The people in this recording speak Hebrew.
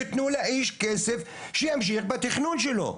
תתנו לאיש כסף שימשיך בתכנון שלו.